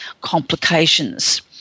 complications